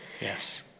Yes